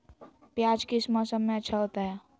प्याज किस मौसम में अच्छा होता है?